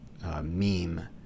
meme